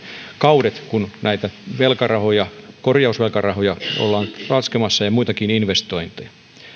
kaudet kun näitä korjausvelkarahoja ja ja muitakin investointeja ollaan laskemassa